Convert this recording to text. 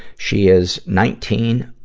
she is nineteen,